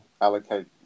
allocate